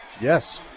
Yes